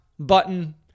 button